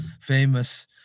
famous